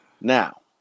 Now